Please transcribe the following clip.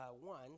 one